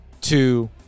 two